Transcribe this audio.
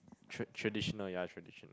trad~ traditional ya traditional